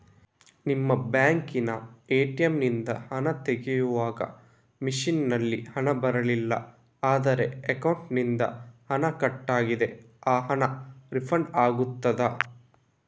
ನಿಮ್ಮ ಬ್ಯಾಂಕಿನ ಎ.ಟಿ.ಎಂ ನಿಂದ ಹಣ ತೆಗೆಯುವಾಗ ಮಷೀನ್ ನಲ್ಲಿ ಹಣ ಬರಲಿಲ್ಲ ಆದರೆ ಅಕೌಂಟಿನಿಂದ ಹಣ ಕಟ್ ಆಗಿದೆ ಆ ಹಣ ರೀಫಂಡ್ ಆಗುತ್ತದಾ?